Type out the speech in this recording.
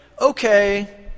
okay